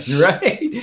right